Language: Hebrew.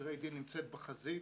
לסדרי דין מצאת בחזית